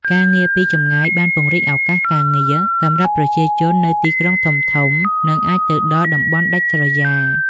ការងារពីចម្ងាយបាន ពង្រីកឱកាសការងារ សម្រាប់ប្រជាជននៅទីក្រុងធំៗ និងអាចទៅដល់តំបន់ដាច់ស្រយាល។